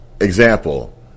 example